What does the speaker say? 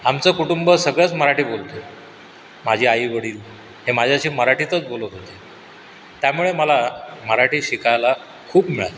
आमचं कुटुंब सगळंच मराठी बोलतं माझी आईवडील हे माझ्याशी मराठीतच बोलत होते त्यामुळे मला मराठी शिकायला खूप मिळाली